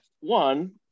one